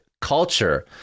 culture